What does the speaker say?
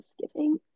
Thanksgiving